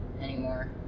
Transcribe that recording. anymore